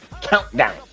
Countdown